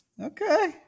Okay